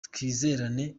twizerane